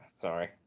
sorry